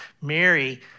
Mary